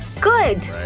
good